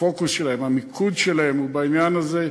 הפוקוס שלהם, המיקוד שלהם, הוא בעניין הזה.